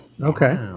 Okay